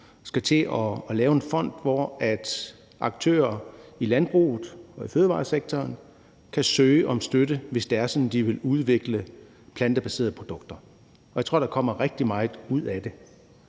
skal til at lave en fond, hvor aktørerne i landbruget og fødevaresektoren kan søge om støtte, hvis det er sådan, at de vil udvikle plantebaserede produkter. Jeg tror, der kommer rigtig meget ud af det.